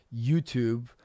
YouTube